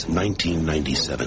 1997